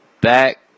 back